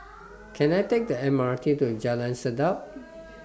Can I Take The M R T to Jalan Sedap